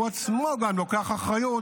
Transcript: הוא עצמו גם לוקח אחריות.